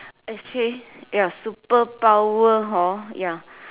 actually ya superpower hor ya